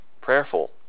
prayerful